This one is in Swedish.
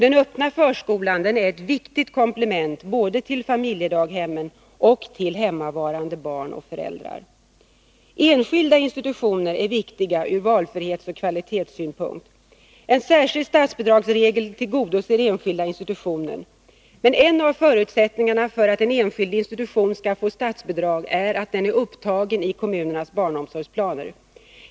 Den öppna förskolan är ett viktigt komplement både till familjedaghemmen och till hemmavarande barn och föräldrar. Enskilda institutioner är viktiga ur valfrihetsoch kvalitetssynpunkt. En särskild statsbidragsregel tillgodoser enskilda institutioner. Men en av förutsättningarna för att en enskild institution skall få statsbidrag är att den är upptagen i kommunernas barnomsorgsplaner.